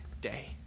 day